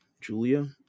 Julia